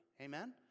Amen